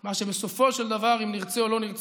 מה שבסופו של דבר, אם נרצה או לא נרצה,